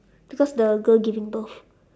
because the girl giving birth